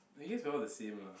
I guess we're all the same lah